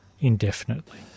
indefinitely